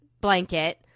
blanket